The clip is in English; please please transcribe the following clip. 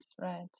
right